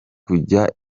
kujya